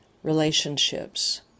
relationships